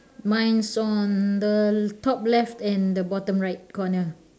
mine is on the top left and the bottom right corner